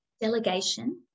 delegation